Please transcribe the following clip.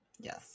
Yes